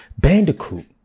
Bandicoot